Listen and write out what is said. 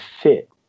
fit